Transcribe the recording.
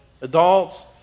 adults